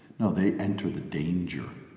no, they enter the danger.